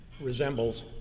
resembles